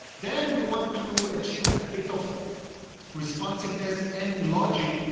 then we want to achieve a bit of responsiveness and logic.